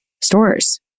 stores